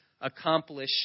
accomplish